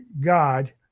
God